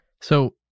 So-